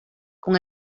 con